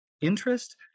interest